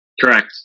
Correct